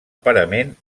parament